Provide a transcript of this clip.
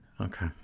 Okay